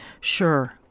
sure